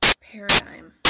paradigm